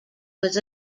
was